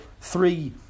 three